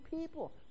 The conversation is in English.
people